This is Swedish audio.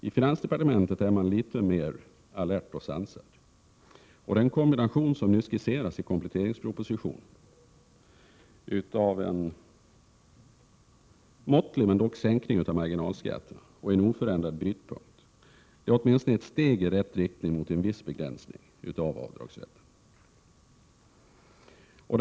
I finansdepartementet är man litet mer alert och sansad, och den kombination som nu skisseras i kompletteringspropositionen av en måttlig men dock sänkning av marginalskatterna och en oförändrad brytpunkt är åtminstone ett steg i rätt riktning mot en viss begränsning av avdragsrätten.